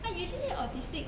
!huh! usually autistic